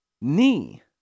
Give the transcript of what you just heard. knee